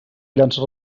llança